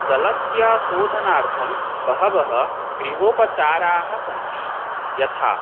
जलस्य शोधनार्थं बहवः गृहोपचाराः सन्ति यथा